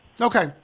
Okay